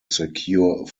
secure